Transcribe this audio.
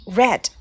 red